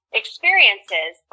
experiences